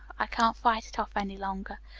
i can't fight it off any longer.